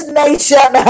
nation